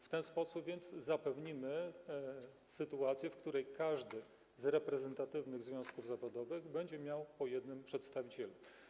W ten sposób więc zapewnimy sytuację, w której każdy z reprezentatywnych związków zawodowych będzie miał po jednym przedstawicielu.